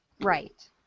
Right